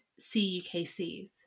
CUKCs